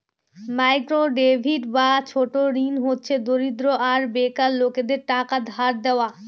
micro credit বা ছোট ঋণ হচ্ছে দরিদ্র আর বেকার লোকেদের টাকা ধার দেওয়া